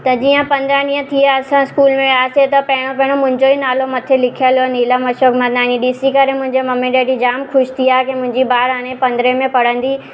त जीअं पंद्रहं ॾींहं थी विया असां स्कूल में वियासीं त पहिरियों पहिरियों मुंहिंजो ई नालो मथे लिखियलु हुयो नीलम अशोक मनवानी ॾिसी करे मुंहिंजे मम्मी डैडी जाम ख़ुशि थी विया की मुंहिंजी ॿारु हाणे पंद्रहें में पढ़ंदी